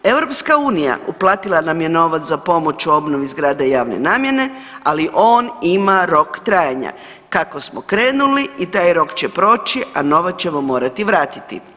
EU uplatila nam je novac za pomoć u obnovi zgrada javne namjene, ali on ima rok trajanja, kako smo krenuli i taj rok će proći, a novac ćemo morati vratiti.